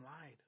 lied